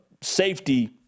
safety